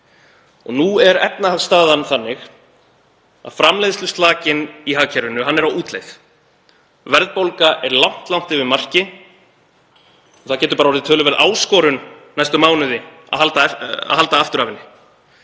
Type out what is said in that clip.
Nú er efnahagsstaðan þannig að framleiðsluslakinn í hagkerfinu er á útleið. Verðbólga er langt yfir marki og það getur orðið töluverð áskorun næstu mánuði að halda aftur af henni.